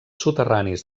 soterranis